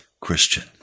Christian